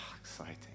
exciting